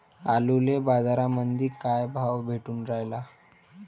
आलूले बाजारामंदी काय भाव भेटून रायला?